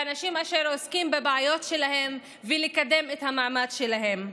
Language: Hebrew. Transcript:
ואנשים אשר עוסקים בבעיות שלהם ובקידום המעמד שלהם.